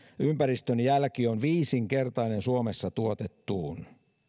ympäristön jälki on viisinkertainen suomessa tuotettuun